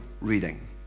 reading